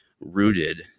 rooted